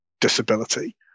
disability